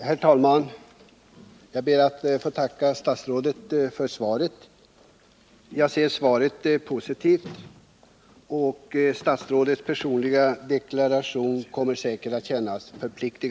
Herr talman! Jag ber att få tacka statsrådet för svaret. Jag anser svaret vara positivt, och statsrådets personliga deklaration kommer säkert att kännas förpliktande.